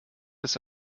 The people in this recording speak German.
ist